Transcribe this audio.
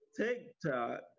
TikTok